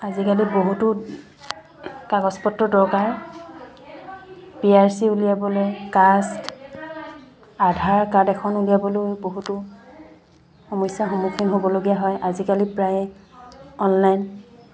আজিকালি বহুতো কাগজপত্ৰ দৰকাৰ পি আৰ চি উলিয়াবলৈ কাষ্ট আধাৰ কাৰ্ড এখন উলিয়াবলৈয়ো বহুতো সমস্যাৰ সন্মুখীন হ'বলগীয়া হয় আজিকালি প্ৰায়ে অনলাইন